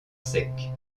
sec